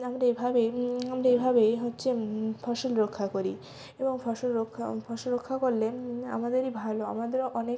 আমরা এভাবেই আমরা এভাবেই হচ্ছে ফসল রক্ষা করি এবং ফসল রক্ষা ফসল রক্ষা করলে আমাদেরই ভালো আমাদেরও অনেক